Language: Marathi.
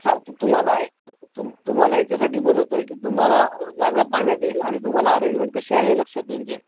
चालते तुम्हाला तुम तुम्हाला याच्यासाठी बोलतो आहे की तुम्हाला जागा पाहण्यात येईल आणि तुम्हाला अरेंजमेंट कशी आहे हे लक्षात येऊन जाईल